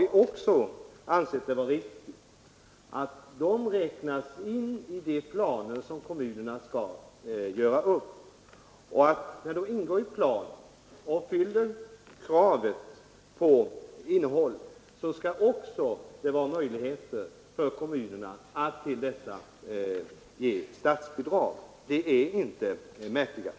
Vi har därför ansett det vara riktigt att de räknas in i de planer som kommunerna skall göra upp. Och när de ingår i planerna och uppfyller kraven vad beträffar innehåll skall kommunerna också ha möjlighet att ge dem statsbidrag. Det är inte märkligare.